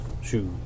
Shoes